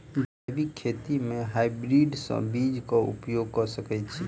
जैविक खेती म हायब्रिडस बीज कऽ उपयोग कऽ सकैय छी?